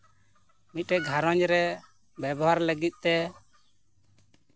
ᱢᱤᱫᱴᱮᱱ ᱜᱷᱟᱸᱨᱚᱡᱽ ᱨᱮ ᱵᱮᱵᱚᱦᱟᱨ ᱞᱟᱹᱜᱚᱫ ᱛᱮ